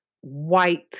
white